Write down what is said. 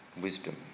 wisdom